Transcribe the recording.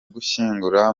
gushyingura